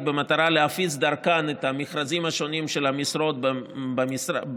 במטרה להפיץ דרכן את המכרזים השונים של המשרות במשרד.